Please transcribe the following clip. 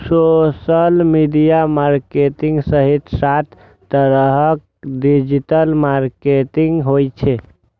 social media marketing सहित सात तरहक डिजिटल मार्केटिंग होइ छै